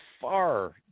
far